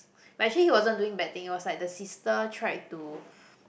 but he he wasn't doing bad things like it was the sister tried to